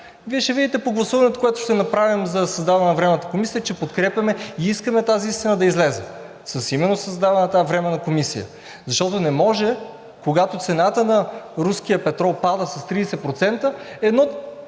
Вие ще видите по гласуването, което ще направим за създаване на Временната комисия, че подкрепяме и искаме тази истина да излезе именно със създаването на тази временна комисия. Защото не може, когато цената на руския петрол пада с 30%, едно